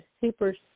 super